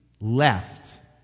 Left